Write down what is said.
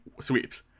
sweeps